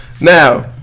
Now